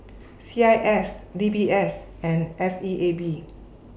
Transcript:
C I S D B S and S E A B